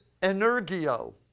energio